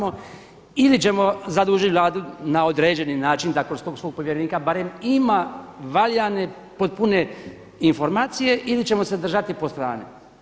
Ili ćemo zadužiti Vladu na određeni način da kroz tog svog povjerenika barem ima valjane potpune informacije ili ćemo se držati po strani.